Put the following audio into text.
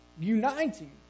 uniting